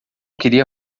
queria